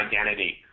identity